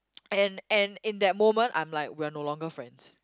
and and in that moment I'm like we are no longer friends